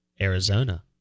Arizona